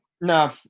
no